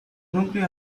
núcleo